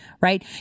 Right